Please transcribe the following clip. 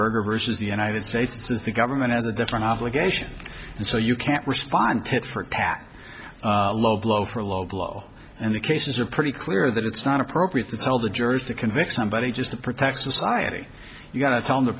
berger versus the united states is the government has a different obligation and so you can't respond to it for attack low blow for a low blow and the cases are pretty clear that it's not appropriate to tell the jury to convict somebody just to protect society you've got to tell the